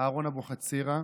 אהרן אבוחצירא,